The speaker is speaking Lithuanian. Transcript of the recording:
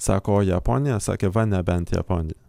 sako o japonija sakė va nebent japonija